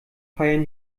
feiern